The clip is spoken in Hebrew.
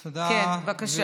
בבקשה, השר.